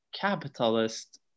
capitalist